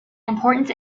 important